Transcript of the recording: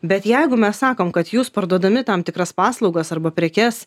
bet jeigu mes sakom kad jūs parduodami tam tikras paslaugas arba prekes